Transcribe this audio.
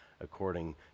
according